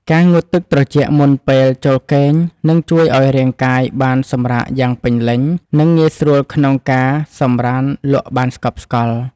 ការងូតទឹកត្រជាក់មុនពេលចូលគេងនឹងជួយឱ្យរាងកាយបានសម្រាកយ៉ាងពេញលេញនិងងាយស្រួលក្នុងការសម្រាន្តលក់បានស្កប់ស្កល់។